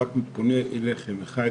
רק פונה אליכם אחד-אחד: